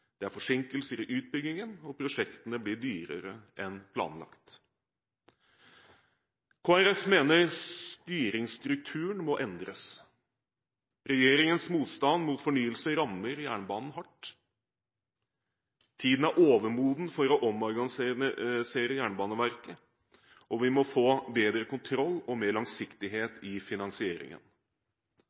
det er forsinkelser i utbyggingen, og prosjektene blir dyrere enn planlagt. Kristelig Folkeparti mener styringsstrukturen må endres. Regjeringens motstand mot fornyelse rammer jernbanen hardt. Tiden er overmoden for å omorganisere Jernbaneverket, og vi må få bedre kontroll og mer langsiktighet i finansieringen.